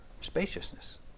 spaciousness